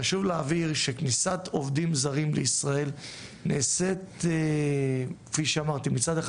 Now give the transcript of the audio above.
חשוב להעביר שכניסת עובדים זרים לישראל נעשית כפי שאמרתי מצד אחד